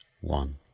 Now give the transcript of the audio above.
one